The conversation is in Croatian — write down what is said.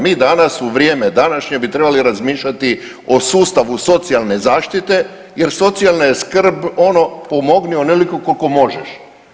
Mi danas u vrijeme današnje bi trebali razmišljati o sustavu socijalne zaštite, jer socijalna skrb je pomogni onoliko koliko možeš.